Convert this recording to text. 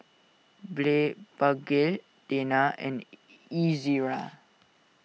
Blephagel Tena and Ezerra